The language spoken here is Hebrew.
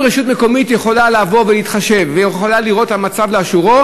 אם רשות מקומית יכולה להתחשב ויכולה לראות את המצב לאשורו,